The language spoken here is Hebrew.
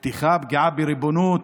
פתיחה, פגיעה בריבונות,